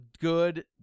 good